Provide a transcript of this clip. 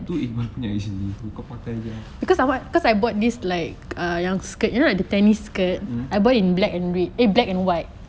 itu iman punya actually kau pakai jer lah mm